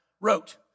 wrote